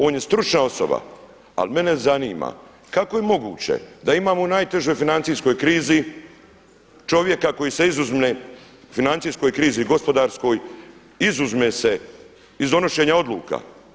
On je stručna osoba, ali mene zanima kako je moguće da imamo u najtežoj financijskoj krizi čovjeka koji se izuzme, financijskoj krizi i gospodarskoj izuzme se iz donošenja odluka?